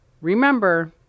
remember